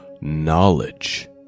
knowledge